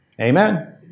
Amen